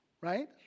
right